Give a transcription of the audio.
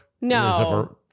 No